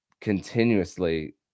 continuously